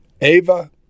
Ava